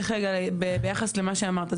ביחס למה שאמרת,